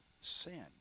sin